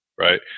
right